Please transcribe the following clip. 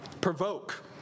Provoke